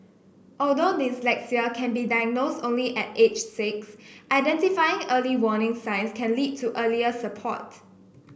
although dyslexia can be diagnosed only at age six identifying early warning signs can lead to earlier support